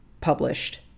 published